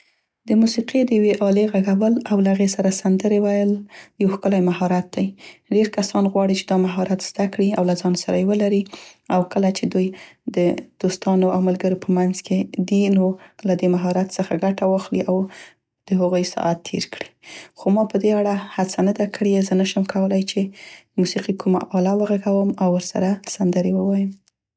د موسیقي د یوې الې غږول او له هغې سره سندرې ویل، یو ښکلی مهارت دی. ډير کسان غواړي چې دا مهارت زده کړي او له ځان سره یې ولري. او کله چې دوی د دوستانو او ملګرو په منځ کې دي، له دې مهارت څخه ګټه واخلي او د هغوی ساعت تیر کړي، خو ما په دې اړه هڅه نه ده کړې او زه نه شم کولای چې د موسیقي کومه اله وغږوم او ورسره سندرې ووایم.